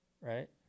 Right